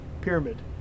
pyramid